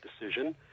decision